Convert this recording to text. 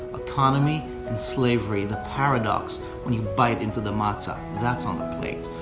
autonomy and slavery, the paradox when you bite into the matzah that's on the plate.